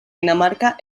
dinamarca